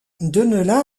deneulin